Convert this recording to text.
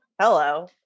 Hello